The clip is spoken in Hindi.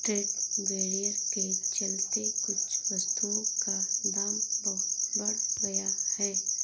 ट्रेड बैरियर के चलते कुछ वस्तुओं का दाम बहुत बढ़ गया है